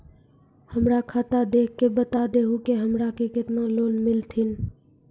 हमरा खाता देख के बता देहु के हमरा के केतना लोन मिलथिन?